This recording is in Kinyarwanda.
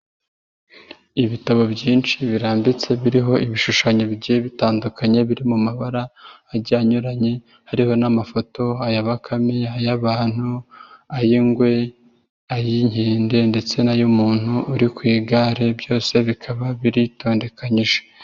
Ibitabo byinshi birambitse biriho ibishushanyo bigiye bitandukanye biri mu mabara agiye anyuranye hariho n'amafoto aya bakame, ay'abantu, ay'ingwe, ay'inkende ndetse n'ay'umuntu uri ku igare, byose bikaba biritondekanyije.